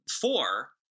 four